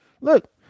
look